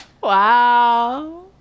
Wow